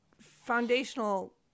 foundational